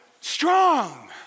Strong